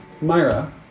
myra